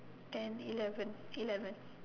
ten eleven eleven